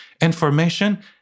information